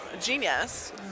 genius